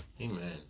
amen